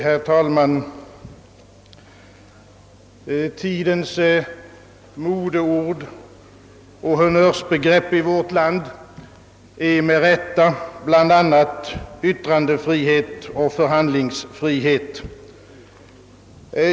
Herr talman! Tidens modeord och honnörsbegrepp i vårt land är med rätta bl.a. yttrandefrihet och förhandlingsfrihet.